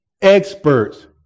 experts